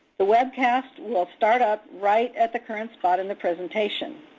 the webcast will start up right at the current spot in the presentation.